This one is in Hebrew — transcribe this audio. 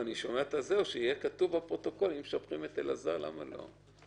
אם משבחים את אלעזר, למה לא?